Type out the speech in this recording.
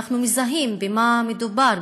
אנחנו מזהים במה מדובר,